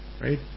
right